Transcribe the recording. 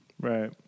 Right